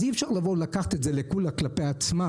אז אי אפשר לקחת את זה לקולא כלפי עצמם,